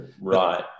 right